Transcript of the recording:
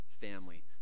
family